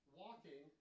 walking